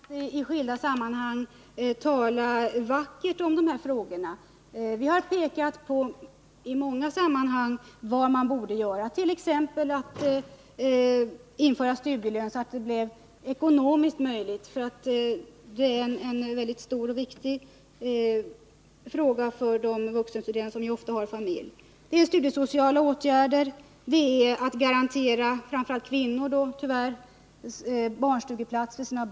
Herr talman! Det räcker inte med att i skilda sammanhang tala vackert i de här frågorna. Vi har vid många tillfällen pekat på vad man borde göra, t.ex. att införa studielön, så att det blir ekonomiskt möjligt att studera. Ekonomin är en viktig fråga för de vuxenstuderande som ju ofta har familj. Vidare gäller det studiesociala åtgärder, att garantera — och då rör det sig tyvärr framför allt om kvinnor — barnstugeplatser för barnen.